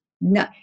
No